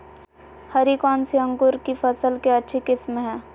हरी कौन सी अंकुर की फसल के अच्छी किस्म है?